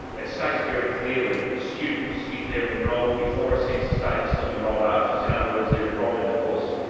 it states very clearly that students if they're enrolled before census date and still enrolled after, so in other words they're enrolled in the course,